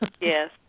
Yes